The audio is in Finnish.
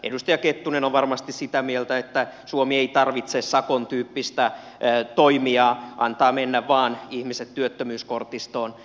edustaja kettunen on varmasti sitä mieltä että suomi ei tarvitse sakon tyyppistä toimijaa antaa mennä vaan ihmiset työttömyyskortistoon